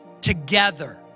together